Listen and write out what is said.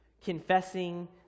confessing